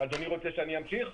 אדוני רוצה שאני אמשיך?